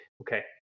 okay